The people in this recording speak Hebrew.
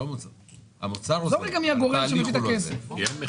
אתה לא צריך את הארעיות.